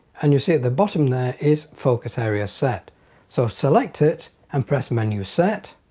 and you see at the bottom there is focus area set so select it and press menu set